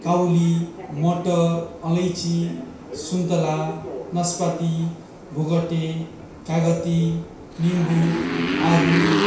काउली मटर अलैँची सुन्तला नास्पाती भोगटे कागती निम्बु आरु